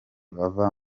bava